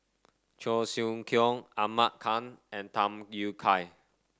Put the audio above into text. Cheong Siew Keong Ahmad Khan and Tham Yui Kai